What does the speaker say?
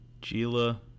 Gila